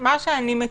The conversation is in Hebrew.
מה שאני מציעה,